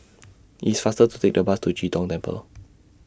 It's faster to Take The Bus to Chee Tong Temple